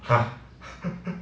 !huh!